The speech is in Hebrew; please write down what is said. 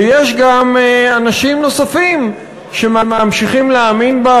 ויש אנשים נוספים שממשיכים להאמין בה,